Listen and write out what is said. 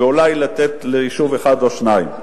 ואולי לתת ליישוב אחד או שניים,